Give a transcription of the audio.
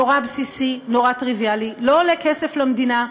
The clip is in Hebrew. נורא בסיסי, נורא טריוויאלי, לא עולה כסף למדינה.